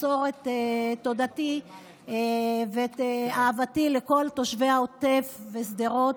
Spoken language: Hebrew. ולמסור את תודתי ואת אהבתי לכל תושבי העוטף ושדרות,